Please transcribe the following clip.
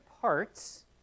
parts